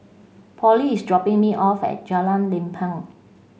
Pollie is dropping me off at Jalan Lempeng